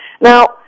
now